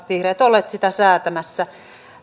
vihreät ovat olleet säätämässä